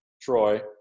Troy